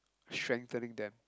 strengthening them